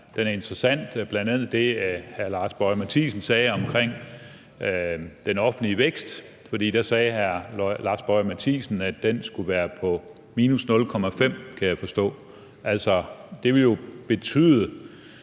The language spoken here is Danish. den er interessant, bl.a. det, hr. Lars Boje Mathiesen sagde omkring den offentlige vækst. For der sagde hr. Lars Boje Mathiesen, at den skulle være på minus 0,5, kan jeg forstå. Det vil jo betyde